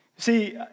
See